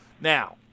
Now